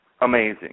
amazing